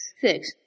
Six